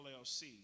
LLC